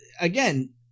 again